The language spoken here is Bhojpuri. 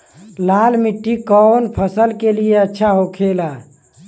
लाल मिट्टी कौन फसल के लिए अच्छा होखे ला?